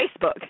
Facebook